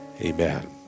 Amen